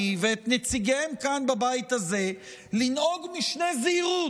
ואת נציגיהם כאן בבית הזה לנהוג משנה זהירות.